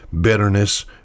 bitterness